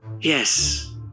Yes